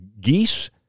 Geese